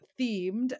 themed